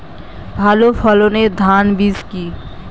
ভালো ফলনের ধান বীজ কি?